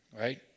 right